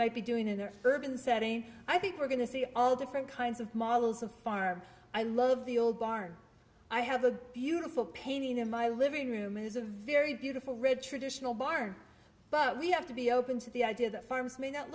might be doing in their urban setting i think we're going to see all different kinds of models of farm i love the old barn i have a beautiful painting in my living room is a very beautiful red traditional barn but we have to be open to the idea that farms may not